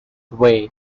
way